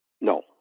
no